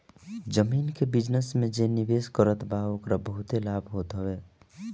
जमीन के बिजनस में जे निवेश करत बा ओके बहुते लाभ होत हवे